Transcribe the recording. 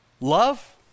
Love